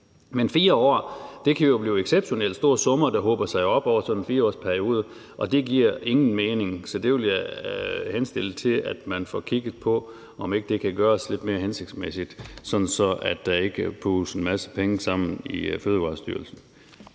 vi ser. Men det kan jo blive exceptionelt store summer, der hober sig op over sådan en 4-årsperiode, og det giver ingen mening, så jeg vil henstille til, at man får kigget på, om ikke det kan gøres lidt mere hensigtsmæssigt, sådan at der ikke puges en masse penge sammen i Fødevarestyrelsen.